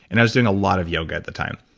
and i was doing a lot of yoga at the time.